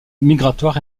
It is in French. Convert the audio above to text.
migratoire